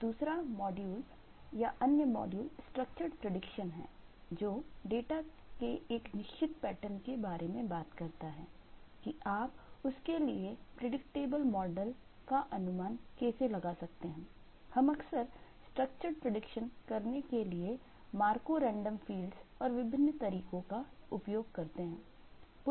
एक दूसरा मॉड्यूल या अन्य मॉड्यूल स्ट्रक्चरड प्रिडिक्शन और विभिन्न तरीकों का उपयोग करते हैं